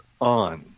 on